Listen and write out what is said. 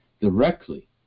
directly